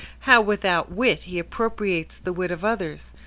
how, without wit, he appropriates the wit of others!